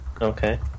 Okay